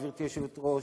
גברתי היושבת-ראש,